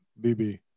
Bibi